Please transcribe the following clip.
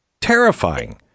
terrifying